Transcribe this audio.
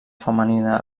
femenina